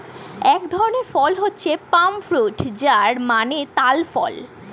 এক ধরনের ফল হচ্ছে পাম ফ্রুট যার মানে তাল ফল